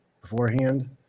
beforehand